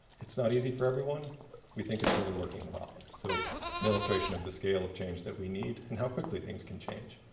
it's not easy for everyone we think it's really working well so an illustration of the scale of change that we need and how quickly things can change.